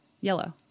yellow